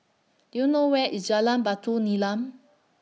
Do YOU know Where IS Jalan Batu Nilam